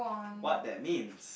what that means